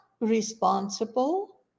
responsible